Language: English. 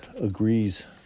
agrees